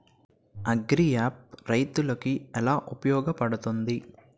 Agri app రైతులకి ఏలా ఉపయోగ పడుతుంది?